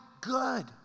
good